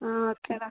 ആ ഓക്കെ